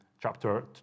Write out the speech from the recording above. chapter